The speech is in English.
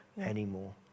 anymore